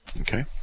Okay